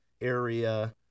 area